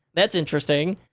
that's interesting.